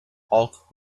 hulk